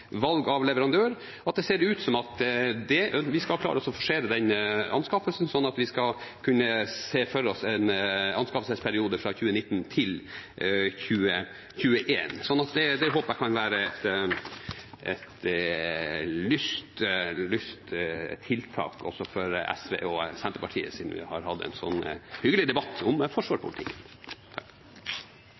valg av leverandør at det ser ut som om vi skal klare å forsere den anskaffelsen, slik at vi skal kunne se for oss en anskaffelsesperiode fra 2019 til 2021. Så det håper jeg kan være et lyst tiltak også for SV og Senterpartiet, siden vi har hatt en sånn hyggelig debatt om forsvarspolitikken!